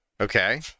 Okay